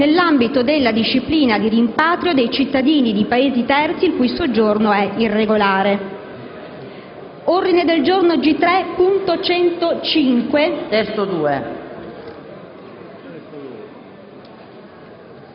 nell'ambito della disciplina di rimpatrio dei cittadini dei Paesi terzi il cui soggiorno è irregolare».